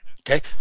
Okay